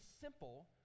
simple